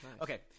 Okay